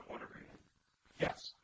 Yes